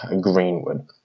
Greenwood